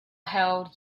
held